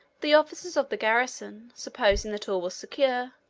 the officers of the garrison, supposing that all was secure,